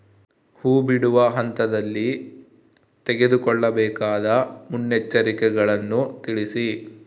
ಹೂ ಬಿಡುವ ಹಂತದಲ್ಲಿ ತೆಗೆದುಕೊಳ್ಳಬೇಕಾದ ಮುನ್ನೆಚ್ಚರಿಕೆಗಳನ್ನು ತಿಳಿಸಿ?